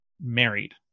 married